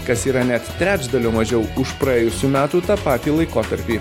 kas yra net trečdaliu mažiau už praėjusių metų tą patį laikotarpį